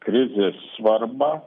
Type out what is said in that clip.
krizės svarbą